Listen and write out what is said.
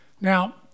Now